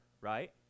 right